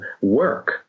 work